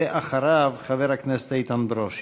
ואחריו, חבר הכנסת איתן ברושי.